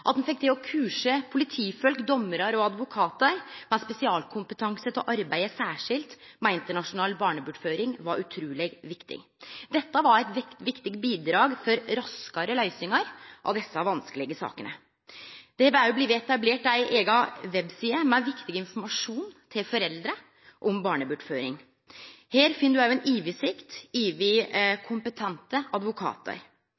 At me fekk til å kurse politifolk, dommarar og advokatar med spesialkompetanse til å arbeide særskilt med internasjonal barnebortføring, var utruleg viktig. Dette var eit viktig bidrag til raskare løysingar av desse vanskelege sakene. Det blei òg etablert ei eiga webside om barnebortføring, med viktig informasjon til foreldre. Her finn